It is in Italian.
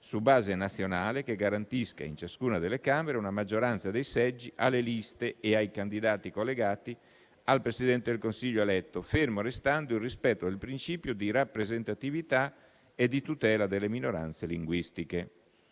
su base nazionale che garantisca, in ciascuna delle Camere, una maggioranza dei seggi alle liste e ai candidati collegati al Presidente del Consiglio eletto, fermo restando il rispetto del principio di rappresentatività e di tutela delle minoranze linguistiche.